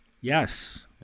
Yes